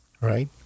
right